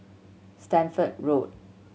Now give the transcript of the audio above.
Stamford Road